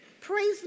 Praise